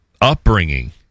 upbringing